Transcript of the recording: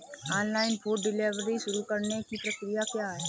Online food delivery शुरू करने की प्रक्रिया क्या है?